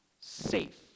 safe